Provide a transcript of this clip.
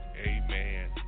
amen